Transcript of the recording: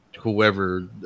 whoever